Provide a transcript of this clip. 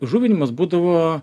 žuvinimas būdavo